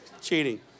Cheating